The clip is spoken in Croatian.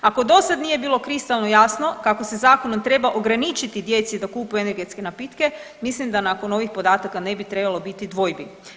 Ako dosada nije bilo kristalno jasno kako se zakonom treba ograničiti djeci da kupuju energetske napitke mislim da nakon ovih podataka ne bi trebalo biti dvojbi.